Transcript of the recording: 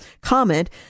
comment